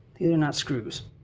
these are not screws.